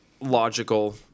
logical